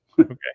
Okay